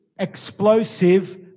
explosive